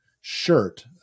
shirt